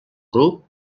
grup